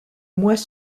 mois